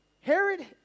Herod